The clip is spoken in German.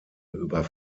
über